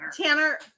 Tanner